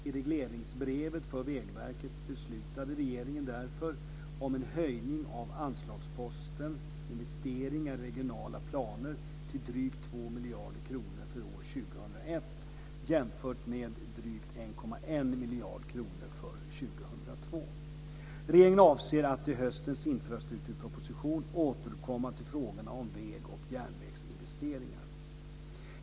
I regleringsbrevet för Vägverket beslutade regeringen därefter om en höjning av anslagsposten Investeringar i regionala planer till drygt 2 miljarder kronor för år 2002. Regeringen avser att i höstens infrastrukturproposition återkomma till frågorna om väg och järnvägsinvesteringar.